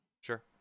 sure